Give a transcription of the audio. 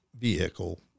vehicle